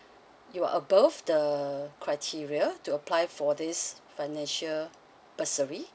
you are above the criteria to apply for this financial bursary